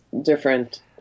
different